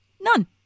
none